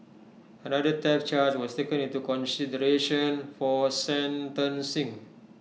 another theft charge was taken into consideration for sentencing